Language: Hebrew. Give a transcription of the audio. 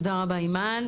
תודה רבה אימאן.